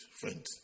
Friends